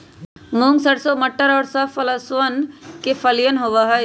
मूंग, सरसों, मटर और सब फसलवन के फलियन होबा हई